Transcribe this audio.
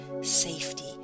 safety